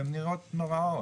שנראות נורא.